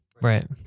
Right